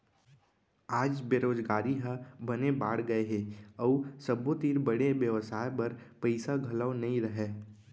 आज बेरोजगारी ह बने बाड़गे गए हे अउ सबो तीर बड़े बेवसाय बर पइसा घलौ नइ रहय